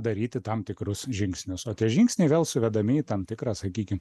daryti tam tikrus žingsnius o tie žingsniai vėl suvedami į tam tikrą sakykim